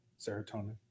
serotonin